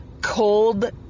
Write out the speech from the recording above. cold